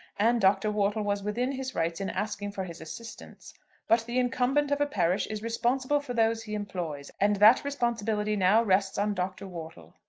and dr. wortle was within his rights in asking for his assistance but the incumbent of a parish is responsible for those he employs, and that responsibility now rests on dr. wortle.